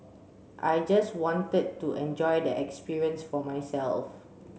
I just wanted to enjoy the experience for myself